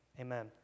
Amen